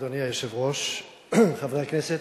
אדוני היושב-ראש, חברי הכנסת,